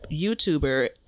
YouTuber